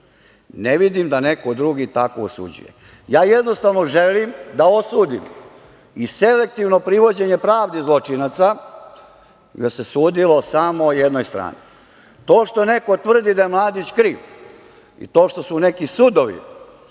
Ne vidim da neko drugi tako osuđuje. Jednostavno želim da osudim i selektivno privođenje pravdi zločinaca, gde se sudilo samo jednoj strani. To što neko tvrdi da je Mladić kriv i to što su neki sudovi